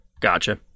Gotcha